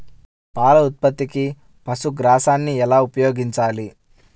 పాల ఉత్పత్తికి పశుగ్రాసాన్ని ఎలా ఉపయోగించాలి?